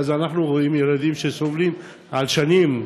ואז אנחנו רואים ילדים שסובלים שנים,